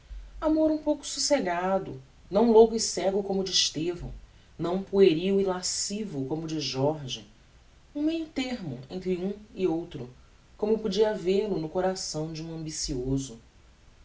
amor um pouco socegado não louco e cego como o de estevão não pueril e lascivo como o de jorge um meio termo entre um e outro como podia havel-o no coração de um ambicioso